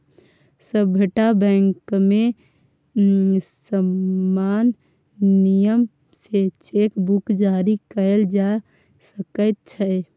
सभटा बैंकमे समान नियम सँ चेक बुक जारी कएल जा सकैत छै